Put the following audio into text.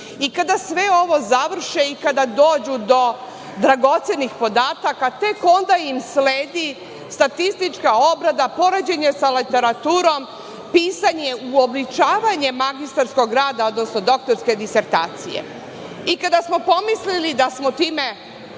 Kada sve ovo završe i kada dođu do dragocenih podataka, tek onda im sledi statistička obrada, poređenje sa literaturom, pisanje, uobličavanje magistarskog rada, odnosno doktorske disertacije. Kada smo pomislili da smo time